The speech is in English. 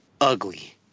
ugly